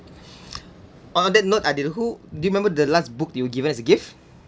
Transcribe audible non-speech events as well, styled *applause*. *breath* on that note adil who do you remember the last book you given as a gift